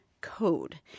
code